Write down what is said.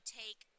take